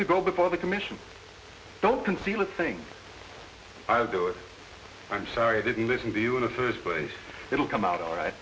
to go before the commission don't conceal a thing i'll do it i'm sorry i didn't listen to you in the first place it'll come out all right